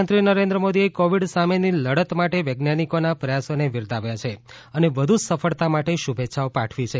પ્રધાનમંત્રી નરેન્દ્ર મોદીએ કોવિડ સામેની લડત માટે વૈજ્ઞાનિકોના પ્રયાસોને બિરદાવ્યા છે અને વધુ સફળતા માટે શુભેચ્છાઓ પાઠવી છે